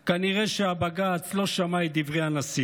כנראה שבג"ץ לא שמע את דברי הנשיא.